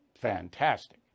fantastic